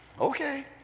Okay